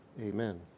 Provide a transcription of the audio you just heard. amen